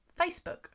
Facebook